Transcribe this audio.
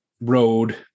road